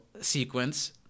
sequence